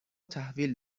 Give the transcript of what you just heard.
تحویل